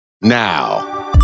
now